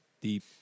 deep